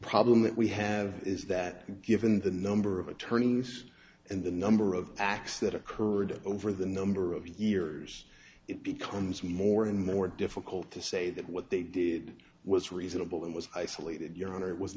problem that we have is that given the number of attorneys and the number of acts that occurred over the number of years it becomes more and more difficult to say that what they did was reasonable it was isolated your honor it was